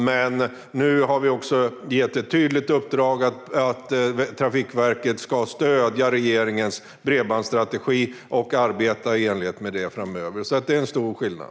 Men nu har vi gett Trafikverket ett tydligt uppdrag om att stödja regeringens bredbandsstrategi och arbeta i enlighet med den framöver. Det är en stor skillnad.